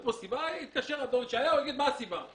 יתקשר אדון ישעיהו, ישאל: מה הסיבה?